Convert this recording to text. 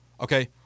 Okay